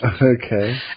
Okay